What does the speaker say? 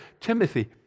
Timothy